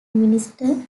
minister